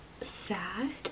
sad